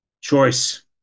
choice